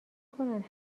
کنن